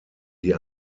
die